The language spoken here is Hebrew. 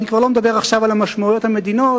אני כבר לא מדבר עכשיו על המשמעויות המדיניות,